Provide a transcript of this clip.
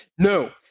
no.